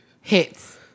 Hits